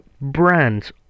Brands